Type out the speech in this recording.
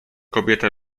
kobieta